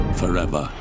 forever